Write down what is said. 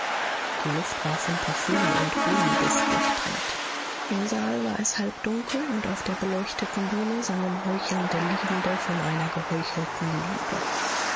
die luft war von parfüm und blumenduft durchtränkt im saale war es halbdunkel und auf der beleuchteten bühne sangen heuchelnde liebende von einer geheuchelten liebe